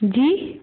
जी